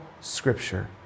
scripture